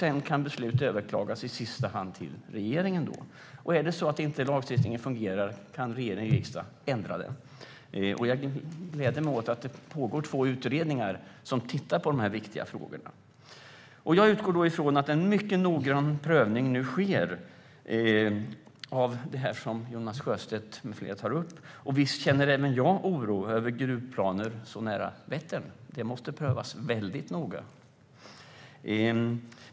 Sedan kan beslut överklagas, i sista hand till regeringen. Är det så att inte lagstiftningen fungerar kan regering och riksdag ändra den. Jag gläder mig åt att det pågår två utredningar som tittar på de här viktiga frågorna. Jag utgår då från att en mycket noggrann prövning nu sker av det som Jonas Sjöstedt med flera tar upp. Och visst känner även jag oro över gruvplaner så nära Vättern. Det måste prövas väldigt noga.